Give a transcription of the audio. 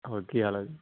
ਹੋਰ ਕੀ ਹਾਲ ਹੈ ਜੀ